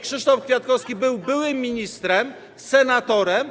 Krzysztof Kwiatkowski był byłym ministrem, senatorem.